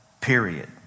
Period